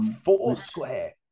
Foursquare